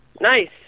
Nice